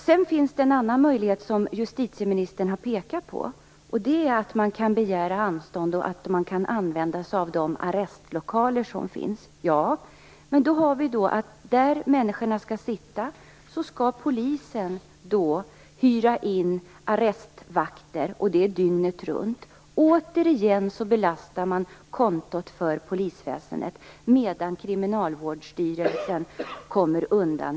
Det finns också en annan möjlighet som justitieministern har pekat på - att man kan begära anstånd och använda sig av de arrestlokaler som finns. Ja, men då måste polisen hyra in arrestvakter för dessa lokaler dygnet runt. Återigen belastar man kontot för polisväsendet medan Kriminalvårdsstyrelsen kommer undan.